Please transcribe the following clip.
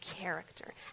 character